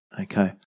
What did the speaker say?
Okay